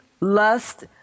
lust